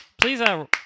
Please